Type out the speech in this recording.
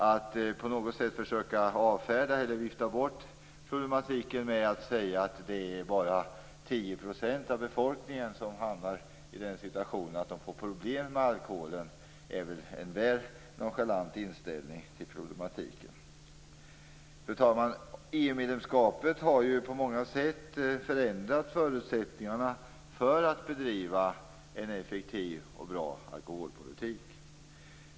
Att på något sätt försöka avfärda eller vifta bort problemen med att det bara är 10 % av befolkningen som hamnar i den situationen att de får problem med alkoholen är en väl nonchalant inställning till problematiken. Fru talman! EU-medlemskapet har på många sätt förändrat förutsättningarna för att bedriva en effektiv och bra alkoholpolitik.